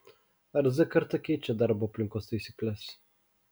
ar z karta keičia darbo aplinkos taisykles